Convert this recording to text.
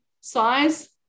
size